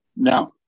Now